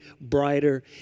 brighter